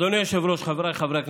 אדוני היושב-ראש, חבריי חברי הכנסת,